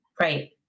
Right